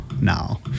now